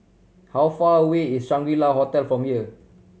how far away is Shangri La Hotel from here